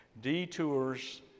detours